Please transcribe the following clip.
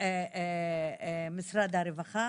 משרד הרווחה.